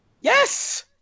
Yes